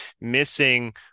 missing